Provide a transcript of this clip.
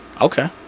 Okay